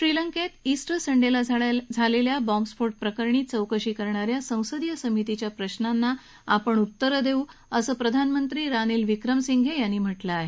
श्रीलंकेत ईस्टर संडेला झालेल्या बॉम्ब स्फोट प्रकरणी चौकशी करणा या संसदीय समितीच्या प्रश्नांना आपण उत्तरं देऊ असं प्रधानमंत्री रानिल विक्रमसिंघे यांनी म्हटलं आहे